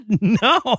no